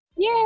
Yay